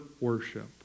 worship